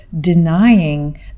denying